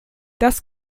das